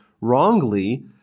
wrongly